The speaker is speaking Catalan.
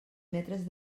metres